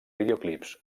videoclips